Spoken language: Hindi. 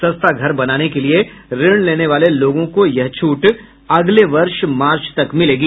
सस्ता घर बनाने के लिये ऋण लेने वाले लोगों को यह छूट अगले वर्ष मार्च तक मिलेगी